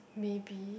maybe